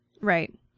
right